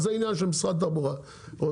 אז זה העניין של משרד הבריאות והווטרינר